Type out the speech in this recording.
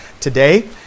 today